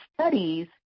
studies